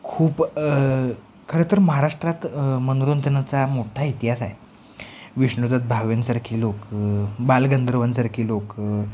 खूप खरंतर महाराष्ट्रात मनोरंजनाचा मोठा इतिहास आहे विष्णुदास भावेंसारखे लोक बालगंधर्वांसारखे लोक